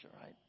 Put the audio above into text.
right